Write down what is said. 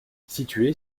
située